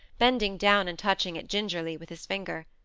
bending down and touching it gingerly with his finger.